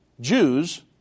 Jews